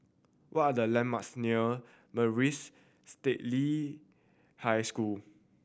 what are the landmarks near Maris Stella High School